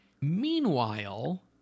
Meanwhile